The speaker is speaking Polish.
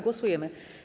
Głosujemy.